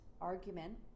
argument